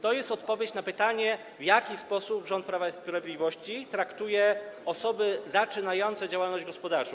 To jest odpowiedź na pytanie, w jaki sposób rząd Prawa i Sprawiedliwości traktuje osoby zaczynające działalność gospodarczą.